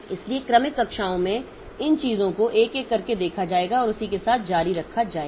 इसलिए क्रमिक कक्षाओं में इन चीजों को एक एक करके देखा जाएगा और उसी के साथ जारी रखा जाएगा